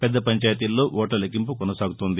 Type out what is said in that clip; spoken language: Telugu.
పెద్ద పంచాయతీల్లో ఓట్ల లెక్కింపు కానసాగుతూనే ఉంది